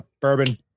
bourbon